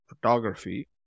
photography